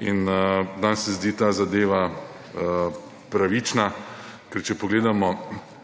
In nam se zdi ta zadeva pravična, ker če pogledamo